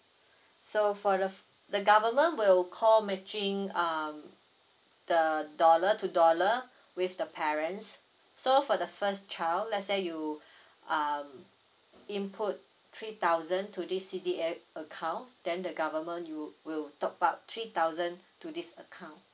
so for the for the government will call matching um the dollar to dollar with the parents so for the first child let's say you um input three thousand to this C T A account then the government you will top up three thousand to this account